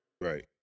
Right